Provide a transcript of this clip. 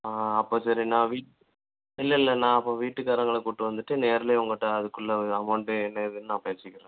ஆ அப்போது சரி நான் வீட் இல்லை இல்லை நான் அப்போது வீட்டுக்காரங்களை கூப்பிட்டு வந்துட்டு நேரிலயே உங்ககிட்ட அதுக்குள்ளே அமௌண்ட்டு என்ன ஏதுன்னு நான் பேசிக்கிறேன்